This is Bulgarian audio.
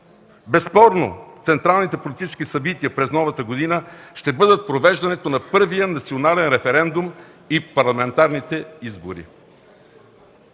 Безспорно централните политически събития през новата година ще бъдат провеждането на първия национален референдум и парламентарните избори.